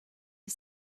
are